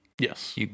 Yes